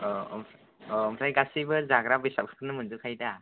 अ अ ओमफ्राय गासैबो जाग्रा बेसादखौनो मोनजोबखायो दा